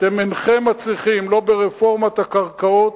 אתם אינכם מצליחים, לא ברפורמת הקרקעות,